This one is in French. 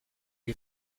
est